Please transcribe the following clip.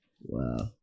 Wow